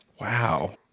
Wow